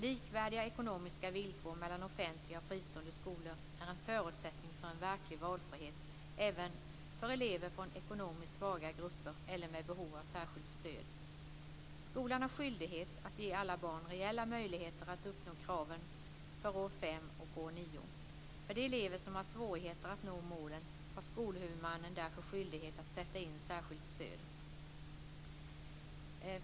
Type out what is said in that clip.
Likvärdiga ekonomiska villkor mellan offentliga och fristående skolor är en förutsättning för en verklig valfrihet, även för elever från ekonomiskt svaga grupper eller med behov av särskilt stöd. Skolan har skyldighet att ge alla barn reella möjligheter att uppnå kraven för år fem och år nio. För de elever som har svårigheter att nå målen har skolhuvudmannen därför skyldighet att sätta in särskilt stöd.